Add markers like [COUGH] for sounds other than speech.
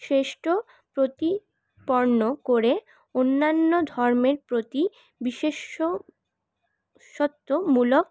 শ্রেষ্ঠ প্রতিপন্ন করে অন্যান্য ধর্মের প্রতি [UNINTELLIGIBLE]